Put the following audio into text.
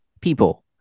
people